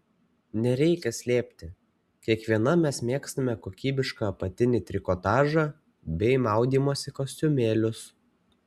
nereikia slėpti kiekviena mes mėgstame kokybišką apatinį trikotažą bei maudymosi kostiumėlius